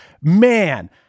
Man